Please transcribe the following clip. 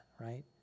right